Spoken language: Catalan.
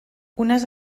unes